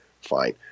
Fine